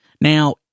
Now